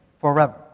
forever